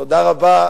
תודה רבה.